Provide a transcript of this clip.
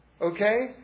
Okay